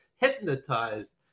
hypnotized